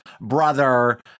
brother